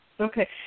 Okay